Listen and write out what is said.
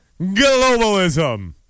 globalism